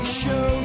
show